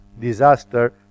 disaster